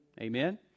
Amen